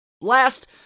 Last